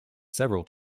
several